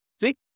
See